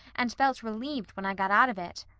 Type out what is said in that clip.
and felt relieved when i got out of it.